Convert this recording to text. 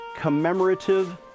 commemorative